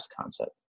concept